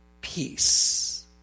peace